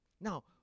Now